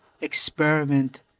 experiment